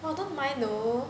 I don't mind though